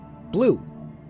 blue